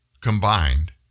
combined